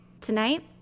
Tonight